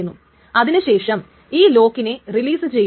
x ന്റെ right time സ്റ്റാമ്പിനെ നമ്മൾ അപ്ഡേറ്റ് ചെയ്യണം